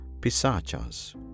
Pisachas